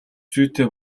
зүйтэй